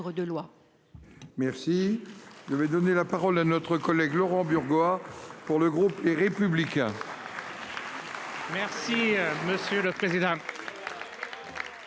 de loi